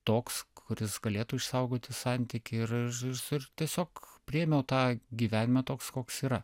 toks kuris galėtų išsaugoti santykį ir visur tiesiog priėmiau tą gyvenimą toks koks yra